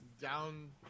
down